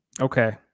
Okay